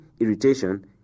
irritation